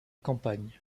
campagne